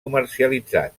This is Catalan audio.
comercialitzat